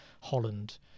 Holland